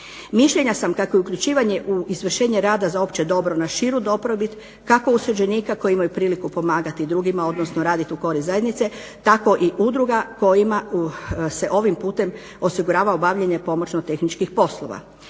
Mišljenja sam kako je uključivanje u izvršenje rada za opće dobro na širu dobrobit kako osuđenika koji imaju priliku pomagati drugima, odnosno radit u korist zajednice, tako i udruga kojima se ovim putem osigurava obavljanje pomoćno tehničkih poslova.